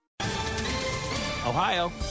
Ohio